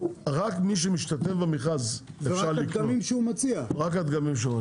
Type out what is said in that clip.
רק מי שמשתתף במכרז, רק הדגמים שמציע אפשר לקנות.